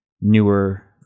newer